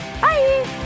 Bye